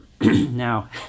Now